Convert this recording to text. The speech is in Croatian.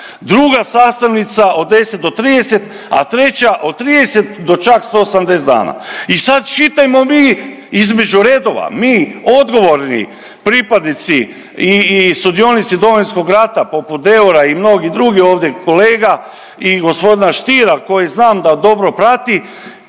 druga sastavnica od 10 do 30, a treća od 30 do čak 180 dana. I sad čitajmo mi između redova, mi, odgovorni pripadnici i sudionici Domovinskog rata poput Deura i mnogih drugih ovdje kolega i g. Stiera koji znam da dobro prati,